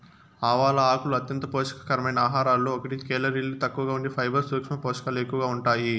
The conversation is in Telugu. ఆవాల ఆకులు అంత్యంత పోషక కరమైన ఆహారాలలో ఒకటి, కేలరీలు తక్కువగా ఉండి ఫైబర్, సూక్ష్మ పోషకాలు ఎక్కువగా ఉంటాయి